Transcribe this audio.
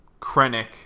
Krennic